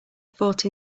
fought